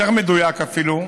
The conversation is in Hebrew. יותר מדויק אפילו.